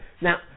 Now